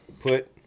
put